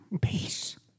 Peace